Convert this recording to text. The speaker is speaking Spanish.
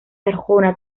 arjona